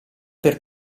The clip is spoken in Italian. per